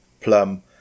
plum